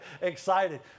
excited